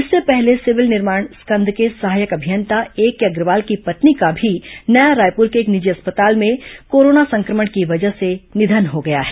इससके पहले सिविल निर्माण स्कंध के सहायक अभियंता एके अग्रवाल की पत्नी का भी नया रायपुर के एक निजी अस्पताल में कोरोना संक्रमण की वजह से निधन हो गया है